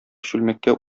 чүлмәккә